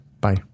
Bye